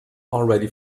already